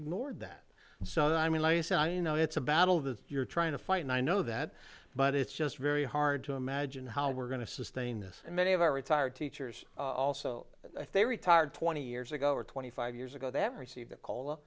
ignored that so that i mean you know it's a battle that you're trying to fight and i know that but it's just very hard to imagine how we're going to sustain this many of our retired teachers also if they retired twenty years ago or twenty five years ago they have received a call